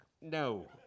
No